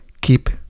keep